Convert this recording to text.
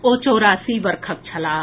ओ चौरासी वर्षक छलाह